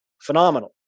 Phenomenal